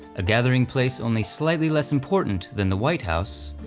a gathering place only slightly less important than the white house,